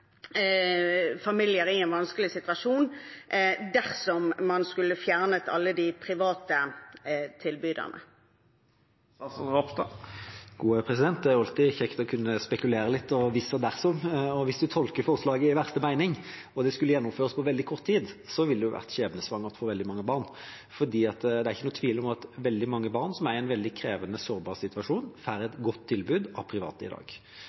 familier i en allerede vanskelig situasjon dersom man skulle fjerne alle de private tilbyderne. Det er alltid kjekt å kunne spekulere litt – hvis og dersom. Hvis en tolker forslaget i verste mening og det skulle gjennomføres på veldig kort tid, ville det vært skjebnesvangert for veldig mange barn. Det er ikke noen tvil om at veldig mange barn som er i en veldig krevende og sårbar situasjon, får et godt tilbud av private i dag.